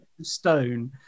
Stone